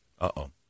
Uh-oh